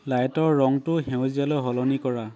লাইটৰ ৰংটো সেউজীয়ালৈ সলনি কৰা